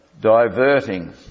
diverting